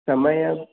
ಸಮಯ